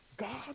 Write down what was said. God